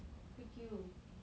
freak you